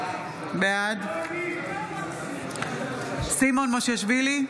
בעד סימון מושיאשוילי,